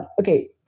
okay